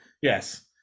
Yes